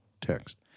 text